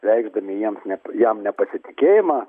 reikšdami jiems ne jam nepasitikėjimą